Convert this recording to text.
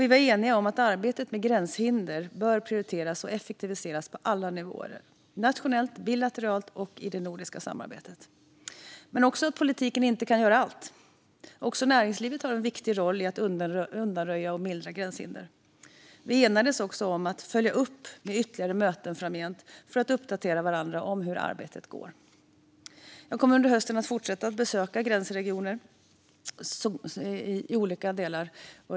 Vi var eniga om att arbetet med gränshinder bör prioriteras och effektiviseras på alla nivåer - nationellt, bilateralt och i det nordiska samarbete - men också att politiken inte kan göra allt. Även näringslivet har en viktig roll i att undanröja eller mildra gränshinder. Vi enades om att följa upp med ytterligare möten framgent för att uppdatera varandra om hur arbetet går. Jag kommer under hösten att fortsätta besöka gränsregioner i olika delar av landet.